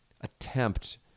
attempt